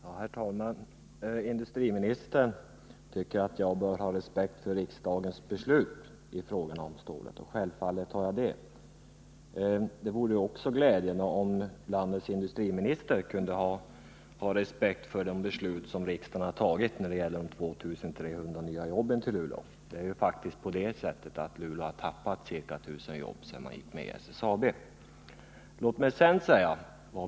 Herr talman! Industriministern tycker att jag bör ha respekt för riksdagens beslut när det gäller stålet. Självfallet har jag det. Det vore också glädjande om landets industriminister kunde ha respekt för det beslut som riksdagen har fattat om de 2 300 nya jobben till Luleå. Luleå har faktiskt förlorat ca 1000 jobb sedan SSAB bildades.